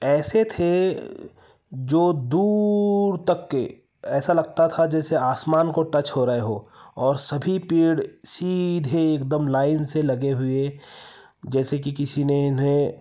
ऐसे थे जो दूर तक के ऐसा लगता था जैसे आसमान को टच हो रहे हों और सभी पेड़ सीधे एकदम लाइन से लगे हुए जैसे कि किसी ने इन्हें